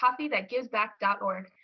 coffeethatgivesback.org